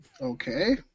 okay